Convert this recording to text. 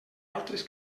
altres